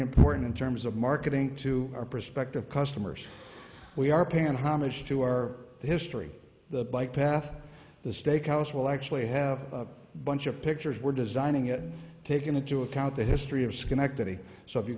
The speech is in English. important in terms of marketing to our prospective customers we are paying homage to our history the bike path the steakhouse will actually have a bunch of pictures we're designing it take into account the history of schenectady so if you